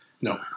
No